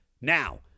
Now